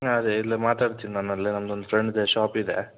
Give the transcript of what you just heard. ಹಾಂ ಅದೇ ಇಲ್ಲೇ ಮಾತಾಡ್ತೀನಿ ನಾನಲ್ಲೇ ನನ್ನದೊಂದು ಫ್ರೆಂಡ್ದೇ ಶಾಪ್ ಇದೆ